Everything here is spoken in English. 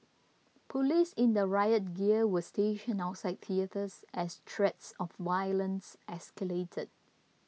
police in the riot gear were stationed outside theatres as threats of violence escalated